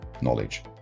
knowledge